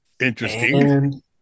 interesting